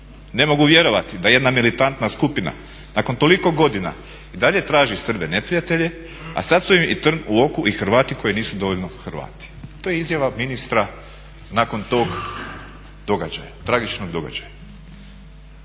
Ne mogu vjerovati da jedna militantna skupina nakon toliko godina i dalje traži Srbe neprijatelje, a sad su im i trn u oku i Hrvati koji nisu dovoljno Hrvati." To je izjava ministra nakon tog događaja, tragičnog događaja.